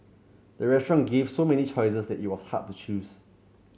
the restaurant gave so many choices that it was hard to choose